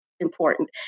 important